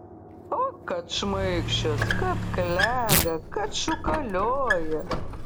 o kad šmaikščios kad klega kad šūkaloja